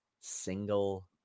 single